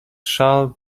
shall